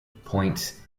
points